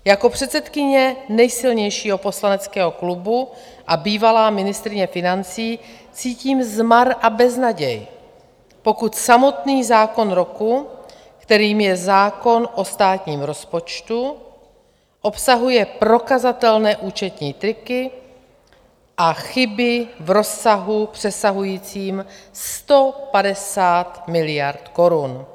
Jako předsedkyně nejsilnějšího poslaneckého klubu a bývalá ministryně financí cítím zmar a beznaděj, pokud samotný zákon roku, kterým je zákon o státním rozpočtu, obsahuje prokazatelné účetní triky a chyby v rozsahu přesahujícím 150 miliard korun.